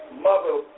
Mother